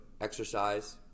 exercise